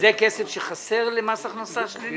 זה כסף שחסר למס הכנסה שלילי?